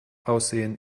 aussehen